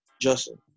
Justin